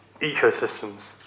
ecosystems